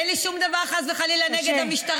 אין לי שום דבר, חס וחלילה, נגד המשטרה.